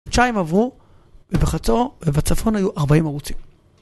חודשיים עברו ובחצור ובצפון היו ארבעים ערוצים